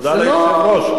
תודה ליושב-ראש.